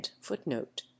footnote